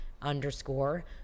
Underscore